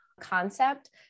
concept